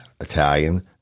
Italian